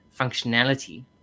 functionality